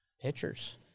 pitchers